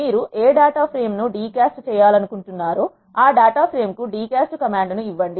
మీరు ఏ data frame ను డి క్యాస్ట్ చేయాలనుకుంటున్నాను ఆ డేటా ఫ్రేమ్ కు డి క్యాస్ట్ కమాండ్ ను యివ్వండి